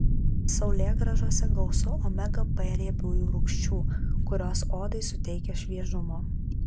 saulėgrąžose gausu omega b riebiųjų rūgščių kurios odai suteikia šviežumo